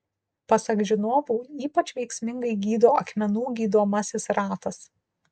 pasak žinovų ypač veiksmingai gydo akmenų gydomasis ratas